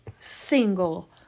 single